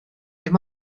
dim